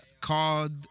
called